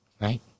Right